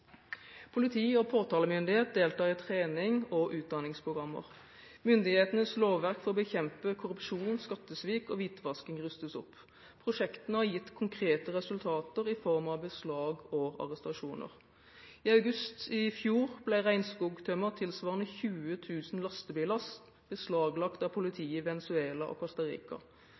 Politi- og påtalemyndigheter deltar i trening og utdanningsprogrammer. Myndighetenes lovverk for å bekjempe korrupsjon, skattesvik og hvitvasking rustes opp. Prosjektene har gitt konkrete resultater i form av beslag og arrestasjoner. I august i fjor ble regnskogtømmer tilsvarende 20 000 lastebillass beslaglagt av politiet i Venezuela og